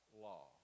law